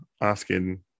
asking